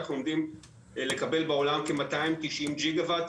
אנחנו עומדים לקבל בעולם כ-290 ג'יגה וואט,